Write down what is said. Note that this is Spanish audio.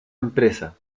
empresa